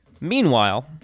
Meanwhile